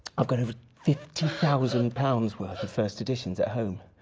i've got over fifty thousand pounds worth of first editions at home.